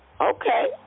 Okay